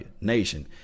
Nation